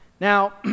Now